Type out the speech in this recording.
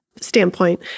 standpoint